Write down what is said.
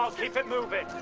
um keep it moving.